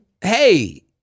Hey